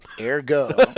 Ergo